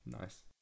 nice